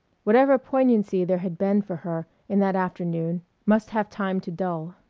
whatever poignancy there had been for her in that afternoon must have time to dull.